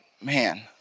man